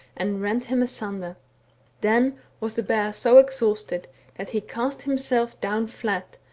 and rent him asunder then was the bear so exhausted that he cast himself down flat,